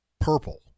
purple